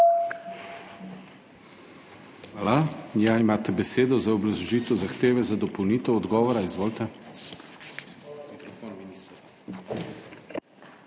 Hvala. Imate besedo za obrazložitev zahteve za dopolnitev odgovora. Izvolite.